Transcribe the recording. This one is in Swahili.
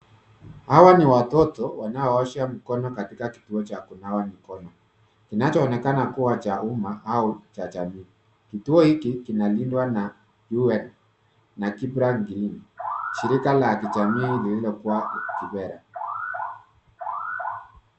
Hawa ni watoto wanaoosha mikono katika kituo cha kunawa mikono, kinachoonekana kuwa cha umma au cha jamii. Kituo hiki kinalindwa na UON na Kibra green. Shirika la kijamii lililokuwa Kibra.